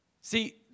See